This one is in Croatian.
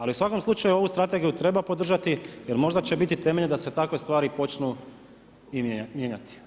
Ali u svakom slučaju ovu strategiju treba podržati jer možda će biti temelj da se takve stvari počnu i mijenjati.